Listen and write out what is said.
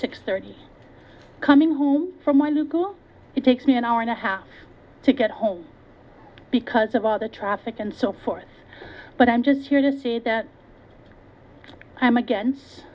six thirty coming home from my legal it takes me an hour and a half to get home because of all the traffic and so forth but i'm just here to see that i'm against